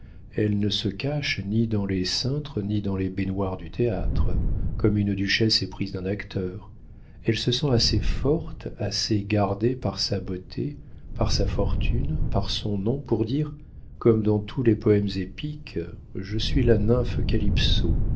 elle ne se cache ni dans les cintres ni dans les baignoires du théâtre comme une duchesse éprise d'un acteur elle se sent assez forte assez gardée par sa beauté par sa fortune par son nom pour dire comme dans tous les poëmes épiques je suis la nymphe